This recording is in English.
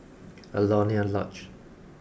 Alaunia Lodge